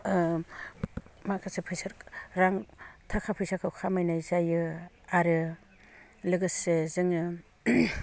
माखासे रां थाखा फैसाखौ खामायनाय जायो आरो लोगोसे जोङो